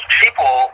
people